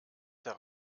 der